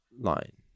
line